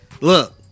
Look